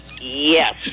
Yes